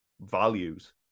values